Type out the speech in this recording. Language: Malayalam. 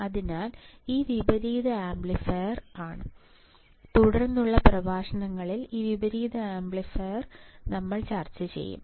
അതിനാൽ ഇത് വിപരീത ആംപ്ലിഫയർ ആണ് തുടർന്നുള്ള പ്രഭാഷണങ്ങളിൽ ഈ വിപരീത ആംപ്ലിഫയർ നമ്മൾ ചർച്ച ചെയ്യും